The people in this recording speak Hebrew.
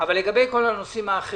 אבל לגבי כל הנושאים האחרים,